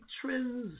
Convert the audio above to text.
trends